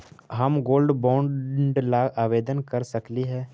हम gold bond ला आवेदन कर सकली हे?